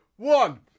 One